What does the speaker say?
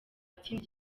atsinda